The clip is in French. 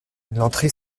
l’entrée